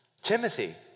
Timothy